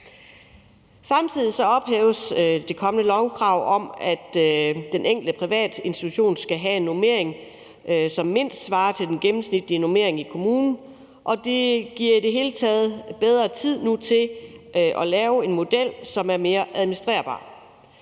Samtidig ophæves det kommende lovkrav om, at den enkelte privatinstitution skal have en normering, som mindst svarer til den gennemsnitlige normering i kommunen. Det giver i det hele taget bedre tid til nu at lave en model, som er mere administrerbar.